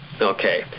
Okay